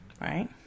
right